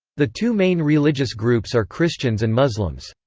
the two main religious groups are christians and muslims.